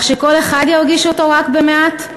כך שכל אחד ירגיש אותו רק במעט?